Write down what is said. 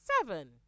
Seven